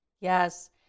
Yes